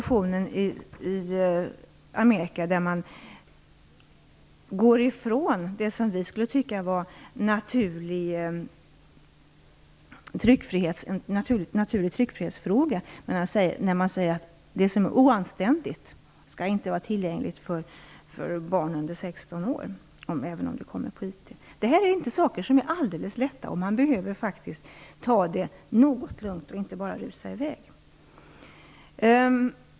I Amerika går man ifrån vårt synsätt att denna är en naturlig fråga för tryckfriheten, och man säger att det som är oanständigt inte skall vara tillgängligt för barn under 16 år, inte heller när det kommer på IT. Dessa saker är inte alldeles lätta, och vi behöver faktiskt ta det något grundligt, inte bara rusa i väg.